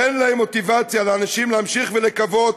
תן לאנשים מוטיבציה להמשיך ולקוות,